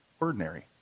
ordinary